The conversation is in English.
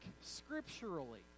scripturally